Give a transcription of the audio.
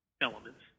elements